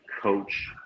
coach